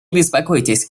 беспокойтесь